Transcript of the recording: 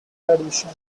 irradiation